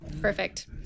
Perfect